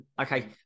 Okay